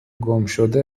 گمشده